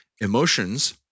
Emotions